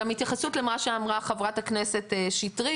התייחסות למה שאמרה ח"כ שטרית.